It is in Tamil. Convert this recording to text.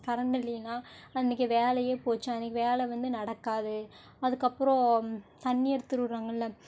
கரண்டு இல்லைன்னா அன்னைக்கு வேலையே போச்சு அன்னைக்கி வேலை வந்து நடக்காது அதுக்கப்பறம் தண்ணி எடுத்து விட்றாங்கல்ல